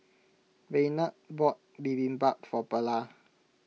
Raynard bought Bibimbap for Perla